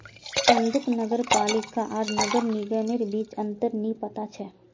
चंदूक नगर पालिका आर नगर निगमेर बीच अंतर नइ पता छ